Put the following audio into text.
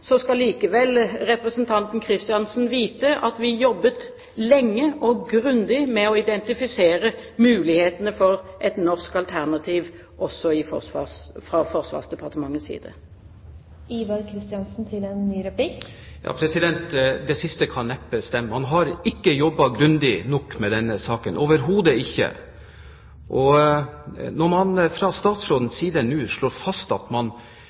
skal representanten Kristiansen vite at vi jobbet lenge og grundig med å identifisere mulighetene for et norsk alternativ, også fra Forsvarsdepartementets side. Det siste kan neppe stemme. Man har overhodet ikke jobbet grundig nok med denne saken. Når statsråden nå slår fast at man